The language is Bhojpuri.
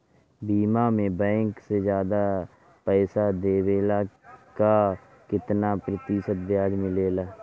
बीमा में बैंक से ज्यादा पइसा देवेला का कितना प्रतिशत ब्याज मिलेला?